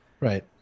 Right